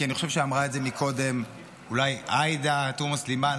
כי אני חושב שאמרה את זה קודם אולי עאידה תומא סלימאן,